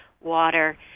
water